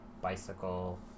bicycle